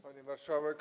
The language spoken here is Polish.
Pani Marszałek!